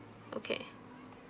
okay